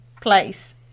place